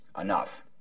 enough